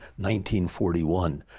1941